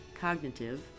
cognitive